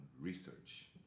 research